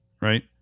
right